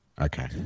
Okay